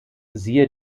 siehe